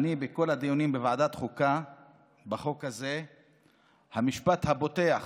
בכל הדיונים שהיו בוועדת חוקה בחוק הזה המשפט הפותח